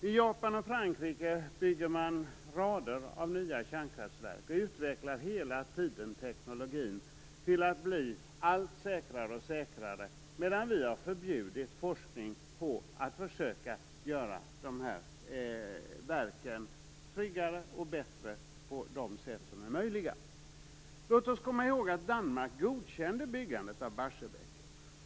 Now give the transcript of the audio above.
I Japan och Frankrike bygger man rader av nya kärnkraftverk och utvecklar hela tiden teknologin till att bli allt säkrare medan vi har förbjudit forskning för att göra dessa verk tryggare och bättre på de sätt som är möjliga. Låt oss komma ihåg att Danmark godkände byggandet av Barsebäck.